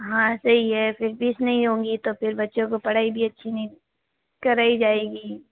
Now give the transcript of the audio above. हाँ सही है फिर फीस नहीं होगी तो फिर बच्चों को पढ़ाई भी अच्छी नहीं कराई जाएगी